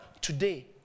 Today